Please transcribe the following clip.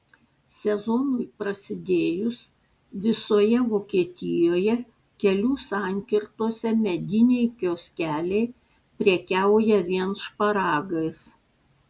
sezonui prasidėjus visoje vokietijoje kelių sankirtose mediniai kioskeliai prekiauja vien šparagais